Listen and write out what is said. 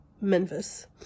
Memphis